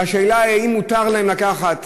והשאלה היא אם מותר להם לקחת,